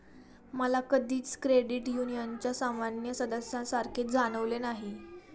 मला कधीच क्रेडिट युनियनच्या सामान्य सदस्यासारखे जाणवले नाही